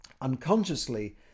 unconsciously